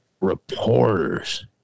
reporters